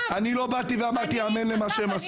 אני לא באתי ואמרתי אמן למה שהם עשו.